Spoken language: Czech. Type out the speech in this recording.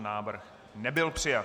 Návrh nebyl přijat.